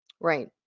Right